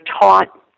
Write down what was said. taught